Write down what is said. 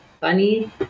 funny